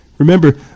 Remember